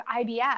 IBS